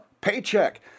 paycheck